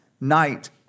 night